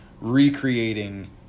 recreating